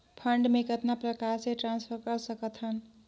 Fund मे कतना प्रकार से ट्रांसफर कर सकत हन?